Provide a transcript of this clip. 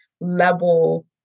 level